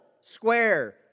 square